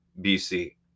BC